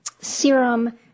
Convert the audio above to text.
serum